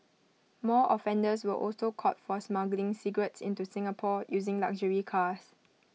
more offenders were also caught for smuggling cigarettes into Singapore using luxury cars